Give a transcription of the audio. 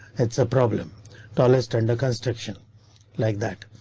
it's a problem but ah list under construction like that.